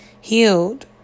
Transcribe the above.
healed